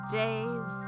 days